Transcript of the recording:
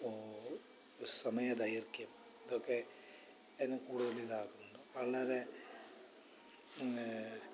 ഓ സമയദൈർഘ്യം ഒക്കെ എന്നെ കൂടുതലിതാക്കുന്നുണ്ട് വളരെ പിന്നേ